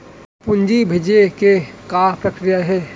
पूंजी भेजे के का प्रक्रिया हे?